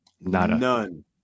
None